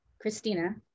Christina